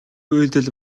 үйлдэл